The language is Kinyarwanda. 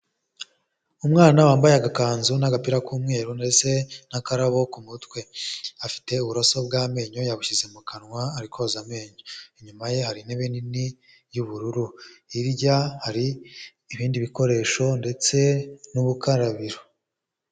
Umwana wambaye agakanzu n'agapira k'umweru ndetse n'akararabo ku mutwe afite uburoso bw'amenyo yabushyize mu kanwa ari koza amenyo inyuma ye hari intebe nini y'ubururu hirya hari ibindi bikoresho ndetse n'ubukarabiro.